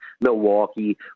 Milwaukee